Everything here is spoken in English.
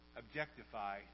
objectify